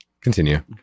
continue